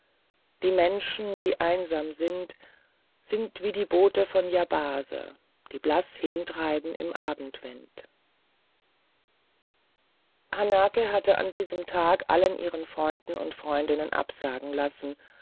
die menschen die einsam sind sind wie die boote von yabase die blaß hintreiben im abendwind hanake hatte an diesem tag allen ihren freunden und freundinnen absagen lassen